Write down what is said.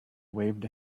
waved